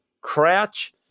Crouch